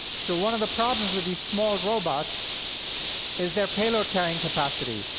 so one of the problems with these small robots is their payload-carrying capacity.